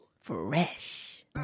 fresh